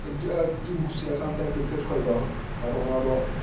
ᱟᱹᱰᱤ ᱟᱴᱜᱤᱧ ᱠᱩᱥᱤᱭᱟᱜ ᱠᱟᱱᱛᱟᱦᱮᱸᱜᱼᱟ ᱠᱨᱤᱠᱮᱴ ᱠᱷᱚᱡᱫᱚ ᱠᱟᱨᱚᱱ ᱚᱱᱟᱫᱚ